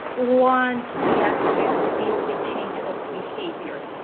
one key aspect is the change of behavior.